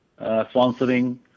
sponsoring